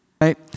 right